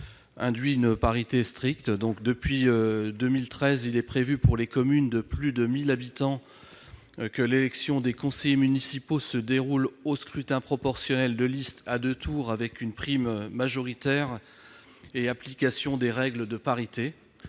la parité. Depuis 2013, dans les communes de plus de 1 000 habitants, l'élection des conseillers municipaux se déroule au scrutin proportionnel de liste à deux tours, avec une prime majoritaire et l'application des règles de parité.